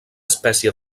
espècie